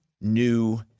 new